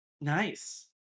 Nice